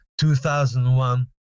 2001